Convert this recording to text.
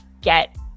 get